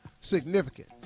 Significant